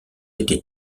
été